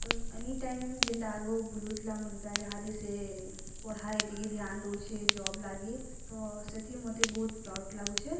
ତ ଏନିଟାଇମ୍ ଯେନ୍ଟା ଆଗ ବୁଲୁଥିଲା ମୋର୍ ଦାଦା ଇହାଦେ ସେ ପଢ଼ାରେ ଟିକେ ଧ୍ୟାନ୍ ଦଉଛେ ଜବ୍ ଲାଗି ତ ସେଥି ମୋତେ ବହୁତ୍ ପ୍ରାଉଟ୍ ଲାଗୁଛେ